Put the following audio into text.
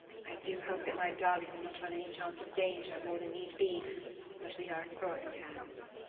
i do hope that my darling will not run any chance of danger more than need be but we are in god's hands.